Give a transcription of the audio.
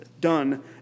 done